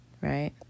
Right